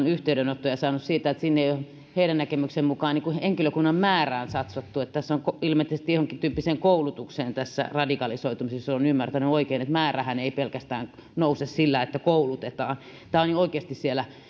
yhteydenottoja saanut siitä että siellä ei ole heidän näkemyksensä mukaan henkilökunnan määrään satsattu vaan ilmeisesti jonkintyyppiseen koulutukseen tässä radikalisoitumisessa jos olen ymmärtänyt oikein määrähän ei pelkästään nouse sillä että koulutetaan tämä on oikeasti siellä